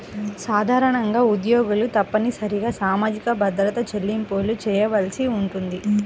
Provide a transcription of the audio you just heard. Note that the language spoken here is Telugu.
సాధారణంగా ఉద్యోగులు తప్పనిసరిగా సామాజిక భద్రత చెల్లింపులు చేయవలసి ఉంటుంది